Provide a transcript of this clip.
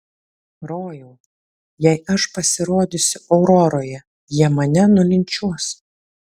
rojau jei aš pasirodysiu auroroje jie mane nulinčiuos